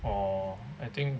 orh I think